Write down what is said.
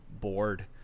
bored